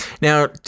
Now